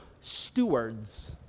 stewards